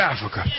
Africa